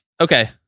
Okay